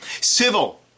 civil